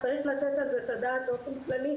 צריך לתת על זה את הדעת באופן כללי,